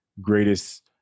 greatest